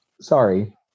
Sorry